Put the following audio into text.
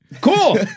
Cool